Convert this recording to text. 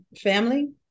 family